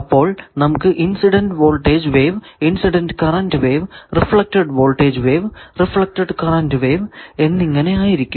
അപ്പോൾ നമുക്ക് incident voltage wave incident current wave reflected voltage wave reflected current wave എന്നിങ്ങനെ ആയിരിക്കും